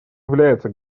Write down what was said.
является